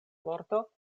vorto